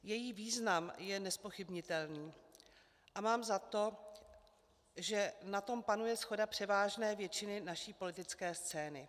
Její význam je nezpochybnitelný a mám za to, že na tom panuje shoda převážné většiny naší politické scény.